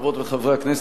חברות וחברי הכנסת,